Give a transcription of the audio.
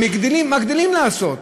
הם מגדילים לעשות,